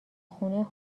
خونه